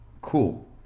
Cool